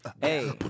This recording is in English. Hey